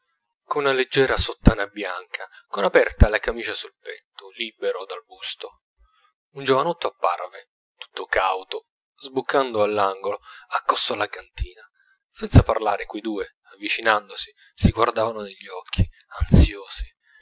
con una leggera sottana bianca con aperta la camicia sul petto libero dal busto un giovanotto apparve tutto cauto sbucando all'angolo accosto alla cantina senza parlare quei due avvicinandosi si guardavano negli occhi ansiosi